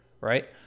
right